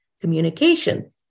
communication